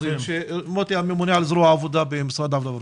מוטי הממונה על זרוע העבודה במשרד העבודה והרווחה.